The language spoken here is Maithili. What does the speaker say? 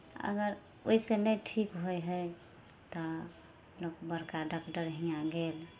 अगर ओहिसँ नहि ठीक होइ हइ तऽ लोक बड़का डागटर हियाँ गेल